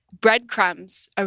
breadcrumbs